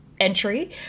entry